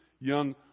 young